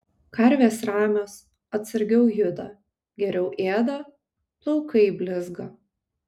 karvės ramios atsargiau juda geriau ėda plaukai blizga